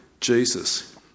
Jesus